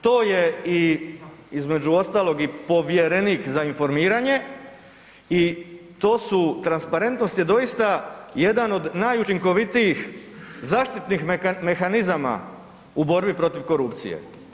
To je i, između ostalog i povjerenik za informiranje i to su transparentnost je doista jedan od najučinkovitijih zaštitnih mehanizama u borbi protiv korupcije.